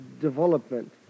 development